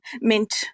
mint